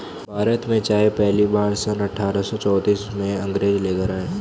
भारत में चाय पहली बार सन अठारह सौ चौतीस में अंग्रेज लेकर आए